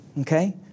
Okay